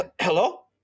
Hello